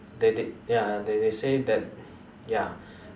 they they ya they they they say that ya